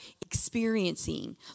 experiencing